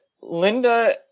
Linda